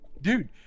dude